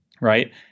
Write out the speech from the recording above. right